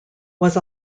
was